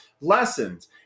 lessons